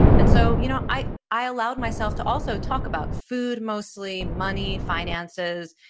and so you know i i allowed myself to also talk about food mostly, money, finances.